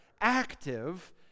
active